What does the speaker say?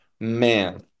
man